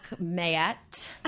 Mayette